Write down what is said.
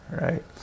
right